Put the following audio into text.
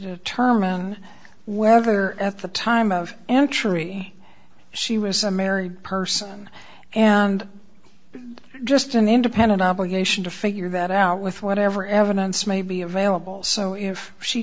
determine whether at the time of entry she was a married person and just an independent obligation to figure that out with whatever evidence may be available so if she